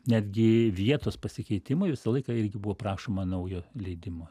netgi vietos pasikeitimui visą laiką irgi buvo prašoma naujo leidimo